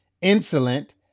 insolent